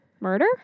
Murder